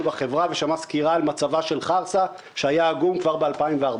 בחברה ושמע סקירה על מצבה של חרסה שהיה עגום כבר ב-2014.